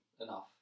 enough